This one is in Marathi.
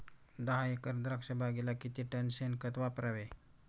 दहा एकर द्राक्षबागेला किती टन शेणखत वापरावे?